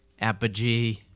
Apogee